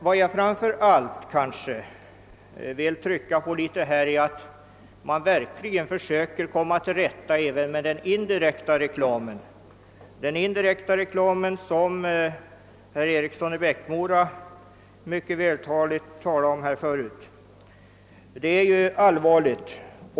Vad jag i detta sammanhang framför allt vill understryka är vikten av att man verkligen försöker komma till rätta även med den indirekta alkoholreklamen, som herr Eriksson i Bäckmora tidigare mycket vältaligt redogjorde för och som är mycket allvarlig.